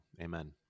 Amen